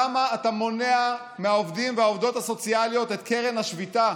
למה אתה מונע מהעובדים והעובדות הסוציאליות את קרן השביתה?